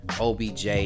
obj